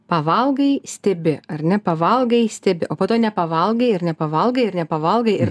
pavalgai stebi ar ne pavalgai stebi o po to nepavalgai ir nepavalgai ir nepavalgai ir